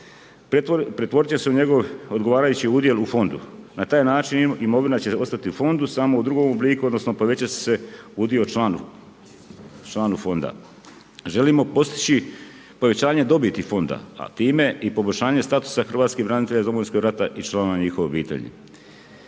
pretvorit će u njegov odgovarajući udjel u Fondu. Na taj način imovina će ostati u Fondu, samo u drugom obliku odnosno povećat će udio članu Fonda. Želimo postići povećanje dobiti Fonda, a time i poboljšanje statusa hrvatskih branitelja iz Domovinskog rata i članova njihovih obitelji.